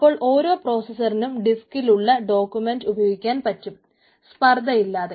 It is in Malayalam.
അപ്പോൾ ഓരോ പ്രോസസറിനും ഡിസ്കിലുള്ള ഡോക്യുമെന്റ് ഉപയോഗിക്കാൻ ചെയ്യാൻ പറ്റും സ്പർദ്ധ ഇല്ലാതെ